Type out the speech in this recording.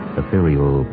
ethereal